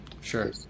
Sure